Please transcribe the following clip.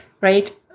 right